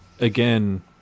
again